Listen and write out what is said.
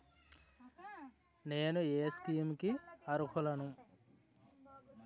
నేను ఏ స్కీమ్స్ కి అరుహులను?